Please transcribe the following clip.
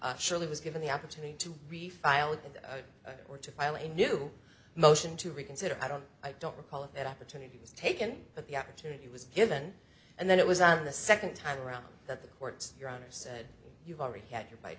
ey was given the opportunity to refile or to file a new motion to reconsider i don't i don't recall if that opportunity was taken but the opportunity was given and then it was on the second time around that the court your honor said you've already had your bi